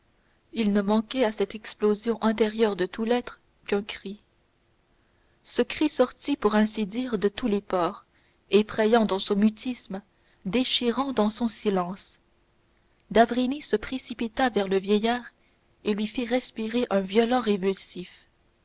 il ne manquait à cette explosion intérieure de tout l'être qu'un cri ce cri sortit pour ainsi dire de tous les pores effrayant dans son mutisme déchirant dans son silence d'avrigny se précipita vers le vieillard et lui fit respirer un violent